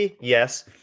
yes